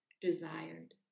desired